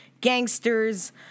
gangsters